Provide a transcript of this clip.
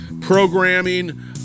programming